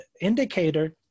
indicator